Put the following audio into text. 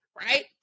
right